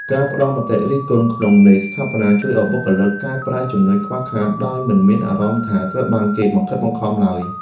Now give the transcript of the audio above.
ការផ្តល់មតិរិះគន់ក្នុងន័យស្ថាបនាជួយឱ្យបុគ្គលិកកែប្រែចំណុចខ្វះខាតដោយមិនមានអារម្មណ៍ថាត្រូវបានគេបង្ខិតបង្ខំឡើយ។